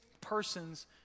persons